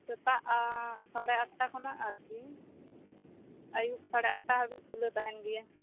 ᱥᱮᱛᱟᱜ ᱥᱟᱲᱮ ᱟᱴᱟ ᱠᱷᱚᱱᱟ ᱟᱨᱠᱤ ᱟᱹᱭᱩᱵ ᱥᱟᱲᱮ ᱟᱴᱟ ᱦᱟᱹᱵᱤᱡ ᱠᱷᱩᱞᱟᱹᱣ ᱛᱟᱦᱮᱸᱱ ᱜᱮᱭᱟ